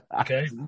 Okay